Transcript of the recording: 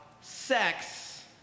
sex